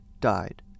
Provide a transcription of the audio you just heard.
died